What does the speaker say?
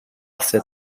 ces